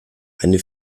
eine